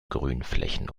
grünflächen